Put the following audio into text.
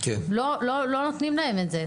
לא נותנים להם את זה.